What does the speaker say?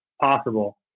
possible